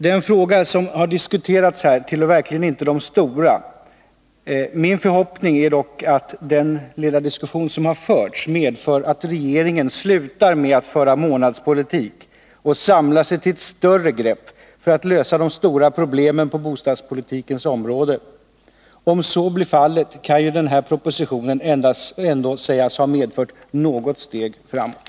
Den fråga som diskuterats här i dag tillhör verkligen inte de stora. Min förhoppning är dock att den debatt som förts medför att regeringen slutar med att föra månadspolitik och samlar sig till ett större grepp för att lösa de stora problemen på bostadspolitikens område. Om så blir fallet kan ju den här propositionen ändå sägas ha medfört något steg framåt.